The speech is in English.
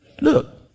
Look